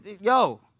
yo